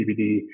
CBD